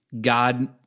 God